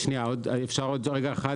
שנייה, אפשר עוד רגע אחד?